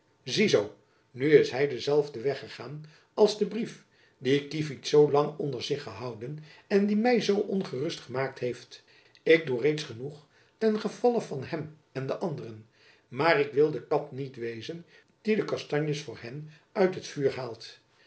zie zoo nu is hy denzelfden weg gegaan als de brief dien kievit zoo lang onder zich gehouden en die my zoo ongerust gemaakt heeft ik doe reeds genoeg ten gevalle van jacob van lennep elizabeth musch hem en de anderen maar ik wil de kat niet wezen die de kastanjes voor hen uit het vuur haalt